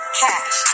cash